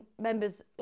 members